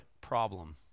problem